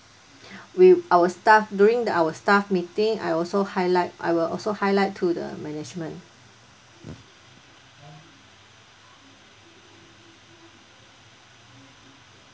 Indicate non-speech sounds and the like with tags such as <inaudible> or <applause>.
<breath> we our staff during the our staff meeting I will also highlight I will also highlight to the management